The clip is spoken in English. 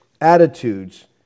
attitudes